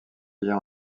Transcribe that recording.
liens